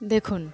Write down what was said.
দেখুন